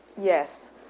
Yes